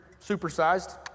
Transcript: supersized